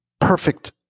perfect